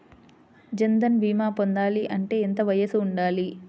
జన్ధన్ భీమా పొందాలి అంటే ఎంత వయసు ఉండాలి?